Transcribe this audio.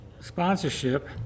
sponsorship